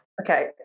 Okay